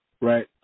right